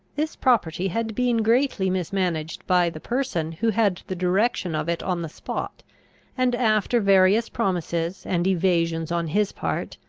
this property had been greatly mismanaged by the person who had the direction of it on the spot and, after various promises and evasions on his part,